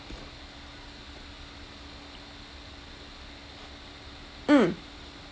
mm